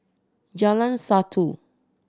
Jalan Satu